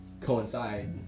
coincide